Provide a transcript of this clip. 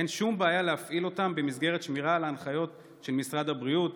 אין שום בעיה להפעיל אותם במסגרת שמירה על ההנחיות של משרד הבריאות,